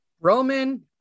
Roman